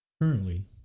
currently